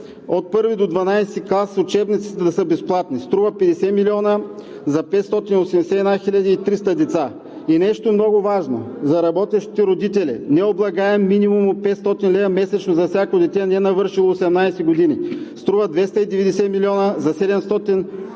от 1-ви до 12 клас учебниците да са безплатни. Струва 50 милиона за 581 300 деца. И нещо много важно, за работещите родители необлагаем минимум от 500 лв. месечно за всяко дете, ненавършило 18 години. Струва 290 милиона за 755